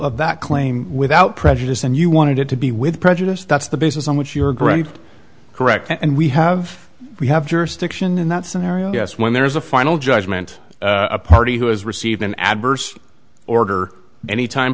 of that claim without prejudice and you wanted it to be with prejudice that's the basis on which your grant correct and we have we have jurisdiction in that scenario yes when there is a final judgment a party who has received an adverse order anytime